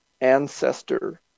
ancestor